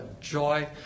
joy